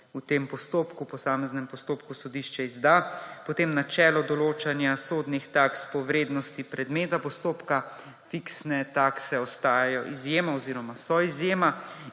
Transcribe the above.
v tem postopku, posameznem postopku, sodišče izda. Potem načelo določanja sodnih taks po vrednosti predmeta postopka − fiksne takse ostajajo izjema oziroma so izjema